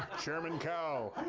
chairman cow.